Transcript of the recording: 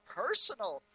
personal